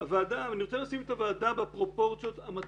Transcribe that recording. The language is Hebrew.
אבל אני רוצה לשים את הוועדה בפרופורציות המתאימות.